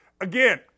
Again